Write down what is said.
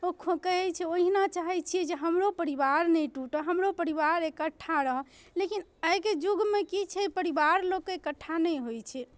ओ कहै छै ओहिना चाहै छियै जे हमरो परिवार नहि टूटय हमरो परिवार एकठ्ठा रहय लेकिन आइके युगमे की छै परिवार लोकके एकट्ठा नहि होइ छै